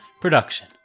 production